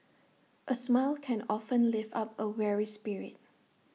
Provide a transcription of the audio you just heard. A smile can often lift up A weary spirit